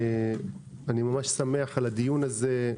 אני ממש שמח על הדיון הזה.